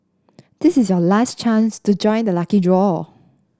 this is your last chance to join the lucky draw